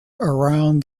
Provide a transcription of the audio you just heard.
around